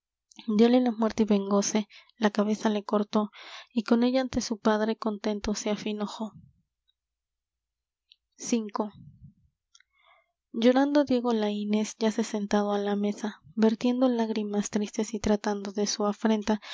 dióle la muerte y vengóse la cabeza le cortó y con ella ante su padre contento se afinojó v llorando diego laínez yace sentado á la mesa vertiendo lágrimas tristes y tratando de su afrenta